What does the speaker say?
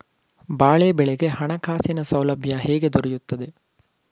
ಬಾಳೆ ಬೆಳೆಗೆ ಹಣಕಾಸಿನ ಸೌಲಭ್ಯ ಹೇಗೆ ದೊರೆಯುತ್ತದೆ?